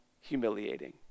humiliating